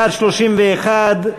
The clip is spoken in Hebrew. בעד, 31,